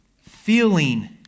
feeling